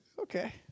Okay